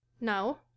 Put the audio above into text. No